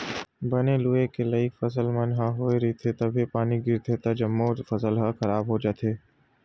बने लूए के लइक फसल मन ह होए रहिथे तभे पानी गिरगे त जम्मो फसल ह खराब हो जाथे